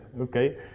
okay